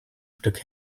stück